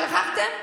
שכחתם?